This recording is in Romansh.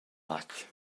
fatg